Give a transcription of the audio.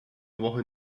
woche